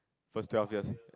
first twelve years